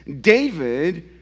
David